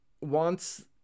wants